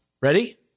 Ready